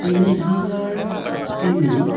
তিনি হাজাৰ তিনি